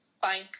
fine